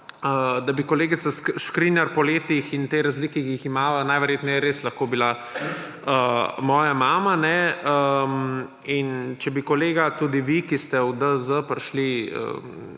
da bi kolegica Škrinjar po letih in tej razliki, ki jih imava, najverjetneje res lahko bila moja mama. In če bi, kolega, tudi vi, ki ste v DZ prišli